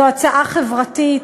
זו הצעה חברתית,